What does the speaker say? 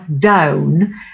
down